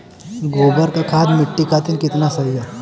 गोबर क खाद्य मट्टी खातिन कितना सही ह?